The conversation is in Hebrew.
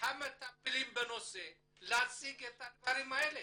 המטפלים בנושא להציג את הדברים האלה.